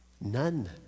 None